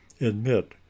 admit